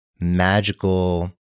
magical